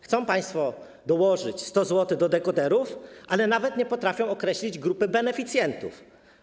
Chcą państwo dołożyć 100 zł do dekoderów, ale nawet nie potrafią określić grupy beneficjentów.